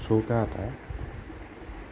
চৌকা এটা